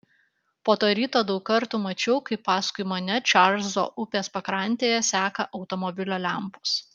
po to ryto daug kartų mačiau kaip paskui mane čarlzo upės pakrantėje seka automobilio lempos